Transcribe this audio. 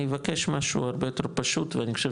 אני אבקש משהו הרבה יותר פשוט ואני חושב